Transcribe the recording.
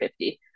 50